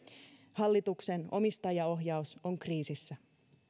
hallituksen omistajaohjaus on kriisissä